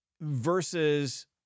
versus